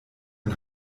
ein